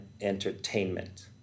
entertainment